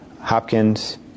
Hopkins